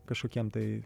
kažkokiem tai